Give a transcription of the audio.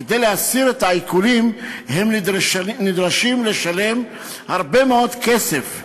כדי להסיר את העיקולים הם נדרשים לשלם הרבה מאוד כסף,